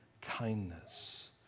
kindness